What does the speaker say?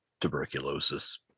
tuberculosis